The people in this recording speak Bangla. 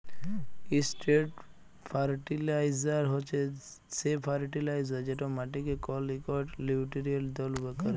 ইসট্রেট ফারটিলাইজার হছে সে ফার্টিলাইজার যেট মাটিকে কল ইকট লিউটিরিয়েল্ট দাল ক্যরে